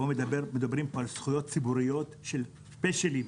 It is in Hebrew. מדברים פה על זכויות ציבוריות של ספיישלים,